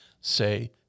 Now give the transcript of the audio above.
say